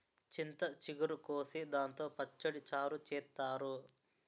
చింత చిగురు కోసి దాంతో పచ్చడి, చారు చేత్తారు